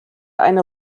eine